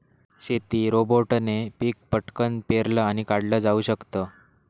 शेती रोबोटने पिक पटकन पेरलं आणि काढल जाऊ शकत